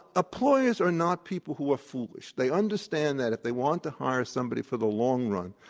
employers are not people who are foolish. they understand that if they want to hire somebody for the long run,